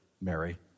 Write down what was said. Mary